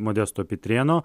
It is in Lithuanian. modesto pitrėno